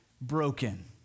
broken